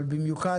אבל במיוחד,